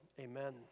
amen